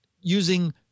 using